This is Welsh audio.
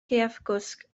gaeafgwsg